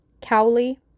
Cowley